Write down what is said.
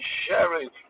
sharing